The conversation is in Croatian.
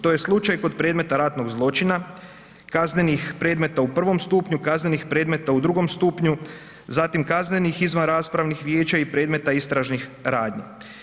To je slučaj kod predmeta ratnog zločina, kaznenih predmeta u prvom stupnju, kaznenih predmeta u drugom stupnju, zatim kaznenih izvanraspravnih vijeća i predmeta istražnih radnji.